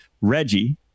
Reggie